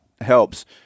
helps